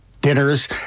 dinners